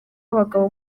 abagabo